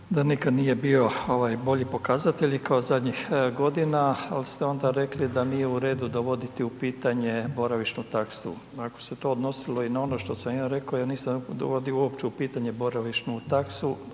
nikada nije bio bolji pokazatelj, kao zadnjih godina, ali ste onda rekli, da nije u redu dovoditi u pitanje boravišnu taksu. Ako se je to odnosilo i na ono što sam ja rekao ja nisam uopće dovodio u pitanje boravišnu taksu,